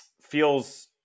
Feels